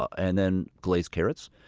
and then glazed carrots.